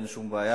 אין שום בעיה,